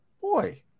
boy